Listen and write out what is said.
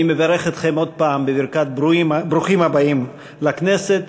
אני מברך אתכם שוב בברכת ברוכים הבאים לכנסת,